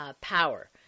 power